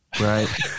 Right